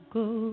go